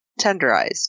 tenderized